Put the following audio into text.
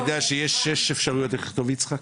אתה יודע שיש שש אפשרויות לאיות השם יצחק?